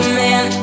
man